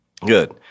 good